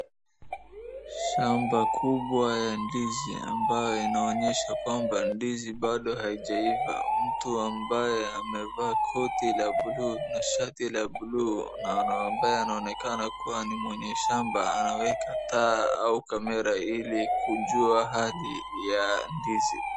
Shamba kubwa ya ndizi ambayo inaonyesha kwamba ndizi bado haijaiva, mtu ambaye amevaa koti la blue na shati la blue na ambaye anaonekana kuwa ni mwenye shamba anaweka taa au camera ili kujua hali ya ndizi.